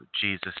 Jesus